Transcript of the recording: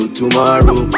tomorrow